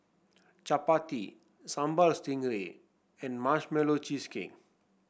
chappati Sambal Stingray and Marshmallow Cheesecake